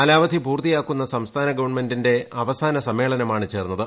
കാലാവധി പൂർത്തിയാക്കുന്ന സംസ്ഥാന ഗവൺമെന്റിന്റെ അവസാന സമ്മേളനമാണ് ചേർന്നത്